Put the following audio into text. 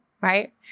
right